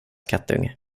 kattunge